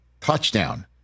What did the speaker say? Touchdown